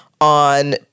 on